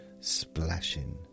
splashing